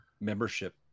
membership